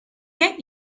get